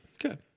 Good